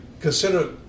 consider